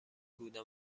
بودن